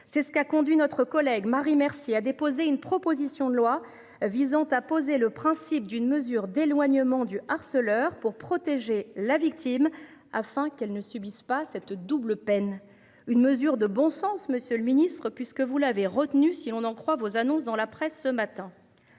C'est ce qu'a conduit notre collègue Marie merci a déposé une proposition de loi visant à poser le principe d'une mesure d'éloignement du harceleur pour protéger la victime afin qu'elles ne subissent pas cette double peine. Une mesure de bon sens, Monsieur le Ministre, puisque vous l'avez retenu, si l'on en croit vos annonces dans la presse ce matin.